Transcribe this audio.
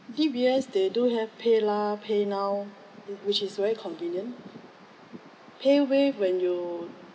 D_B_S they do have PayLah PayNow which is very convenient pay wave when you